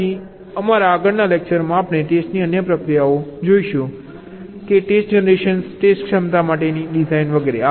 તેથી અમારા આગળના લેક્ચરમાં આપણે ટેસ્ટની અન્ય પ્રક્રિયાઓ જોઈશું જેમ કે ટેસ્ટ જનરેશન ટેસ્ટ ક્ષમતા માટેની ડિઝાઇન વગેરે